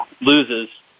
loses